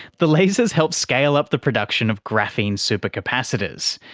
the lasers help scale up the production of graphene super capacitors.